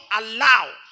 allow